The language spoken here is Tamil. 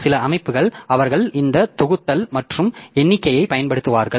சில அமைப்புகள் அவர்கள் இந்த தொகுத்தல் மற்றும் எண்ணிக்கையைப் பயன்படுத்துவார்கள்